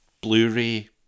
Blu-ray